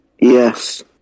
Yes